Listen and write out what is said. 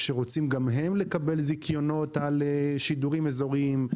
שרוצים גם הם לקבל זיכיונות על שידורים אזוריים?